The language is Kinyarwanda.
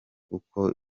uko